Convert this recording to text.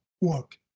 Work